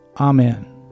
Amen